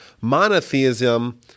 monotheism